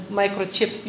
microchip